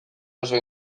oso